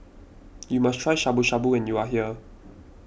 you must try Shabu Shabu when you are here